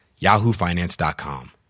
yahoofinance.com